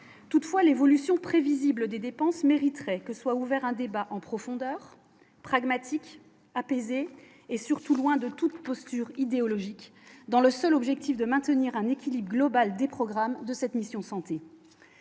toutefois l'évolution prévisible des dépenses mériterait que soit ouvert un débat en profondeur pragmatique apaisée et surtout loin de toute posture idéologique dans le seul objectif de maintenir un équilibre global des programmes de cette mission santé